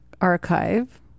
Archive